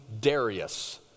Darius